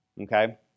Okay